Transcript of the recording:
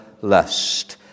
lust